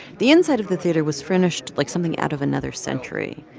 the inside of the theater was furnished like something out of another century,